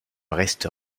reste